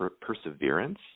perseverance